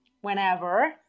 whenever